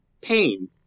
pain